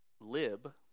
Lib